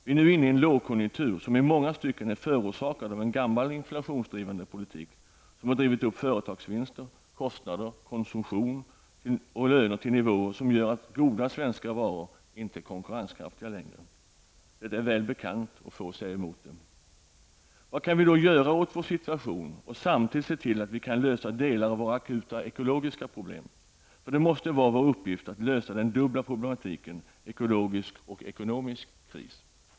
Vi är nu inne i en lågkonjunktur som i många stycken är förorsakad av en gammal inflationsdrivande politik, som har drivit upp företagsvinster, kostnader, konsumtion och löner till nivåer som gör att goda svenska varor inte är konkurrenskraftiga längre. Detta är väl bekant, och få säger emot det. Vad kan vi då göra åt vår situation och samtidigt se till att vi kan lösa delar av våra akuta ekologiska problem? Det måste nämligen vara vår uppgift att lösa den dubbla problematiken -- ekologisk och ekonomisk kris.